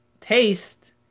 taste